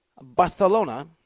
Barcelona